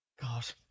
God